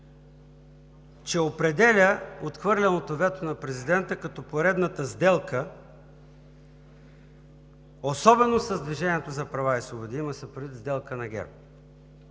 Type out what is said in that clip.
че определя отхвърленото вето на президента като поредната сделка – особено с „Движението за права и свободи“, има се предвид сделка на ГЕРБ: